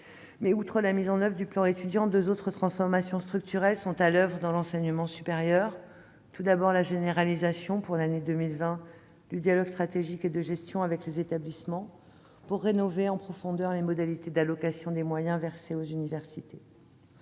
Outre la mise en oeuvre du plan Étudiants, deux autres transformations structurelles sont à l'oeuvre dans l'enseignement supérieur. Tout d'abord, nous généralisons en 2020 le dialogue stratégique et de gestion avec les établissements, qui doit nous permettre de rénover en profondeur les modalités d'allocation des moyens versés aux universités.